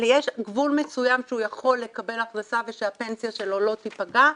יש גבול מסוים שהוא יכול לקבל הכנסה ושהפנסיה שלו לא תיפגע.